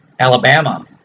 Alabama